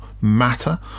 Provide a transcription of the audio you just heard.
matter